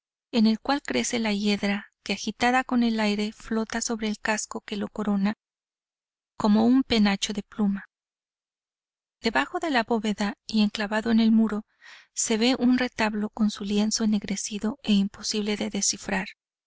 en cual crece la hiedra que agitada con el aire flota sobre el casco que lo corona como un penacho de pluma debajo de la bóveda y enclavado en el muro se ve un retablo con su lienzo ennegrecido e imposible de descifrar